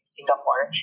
Singapore